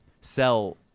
sell